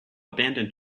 abandoned